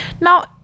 Now